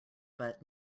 but